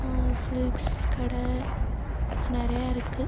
silks கடை நிறையா இருக்குது